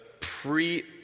pre-